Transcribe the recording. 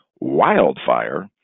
wildfire